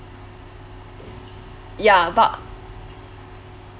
ya but